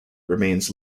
remains